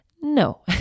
No